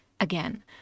Again